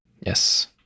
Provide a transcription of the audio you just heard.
Yes